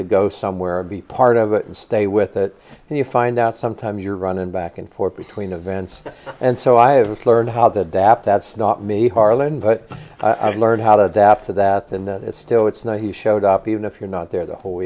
to go somewhere and be part of it and stay with it and you find out sometimes you're runnin back and forth between events and so i have learned how that that that's not me harlan but i've learned how to adapt to that and it's still it's not he showed up even if you're not there the whole